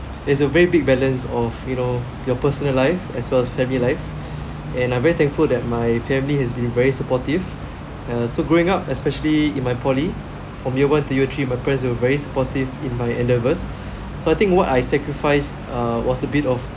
it's a very big balance of you know your personal life as well as family life and I'm very thankful that my family has been very supportive uh so growing up especially in my poly from year one to year three my parents were very supportive in my endeavours so I think what I sacrificed uh was a bit of